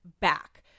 back